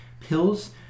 Pills